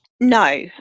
No